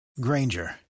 Granger